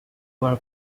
poor